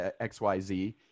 XYZ